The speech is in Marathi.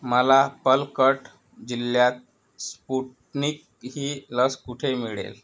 मला पलकट जिल्ह्यात स्पुटनिक ही लस कुठे मिळेल